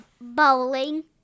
bowling